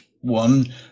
one